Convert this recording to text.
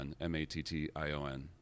M-A-T-T-I-O-N